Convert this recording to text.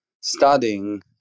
studying